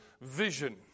vision